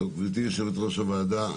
גברתי יושבת-ראש הוועדה,